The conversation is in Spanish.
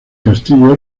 castillo